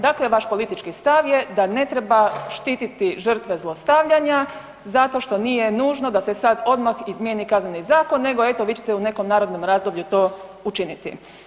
Dakle vaš politički stav je da ne treba štititi žrtve zlostavljanja zato što nije nužno da se sad odmah izmijeni Kazneni zakon nego eto vi ćete u nekom narednom razdoblju to učiniti.